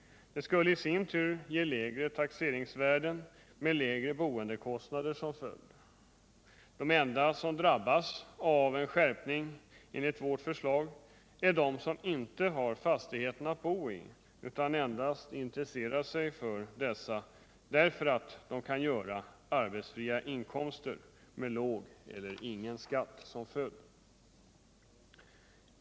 Det skulle i sin tur ge lägre taxeringsvärden med lägre boendekostnader som följd. De enda som drabbas av en skärpning enligt vårt förslag är de som inte Realisationsvinst beskattningen Realisationsvinstbeskattningen har fastigheterna att bo i, utan endast intresserar sig för dessa därför att de kan göra arbetsfria inkomster med låg eller ingen skatt.